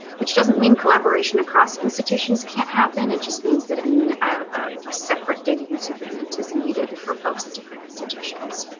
which doesn't mean collaboration across institutions can't happen, it just means that and ah a separate data use agreement is needed for folks at different institutions.